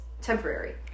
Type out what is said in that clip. temporary